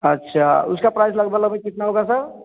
अच्छा उसका प्राइस लगभग लगभग कितना होगा सर